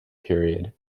period